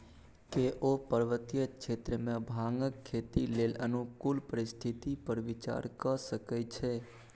केओ पर्वतीय क्षेत्र मे भांगक खेती लेल अनुकूल परिस्थिति पर विचार कए सकै छै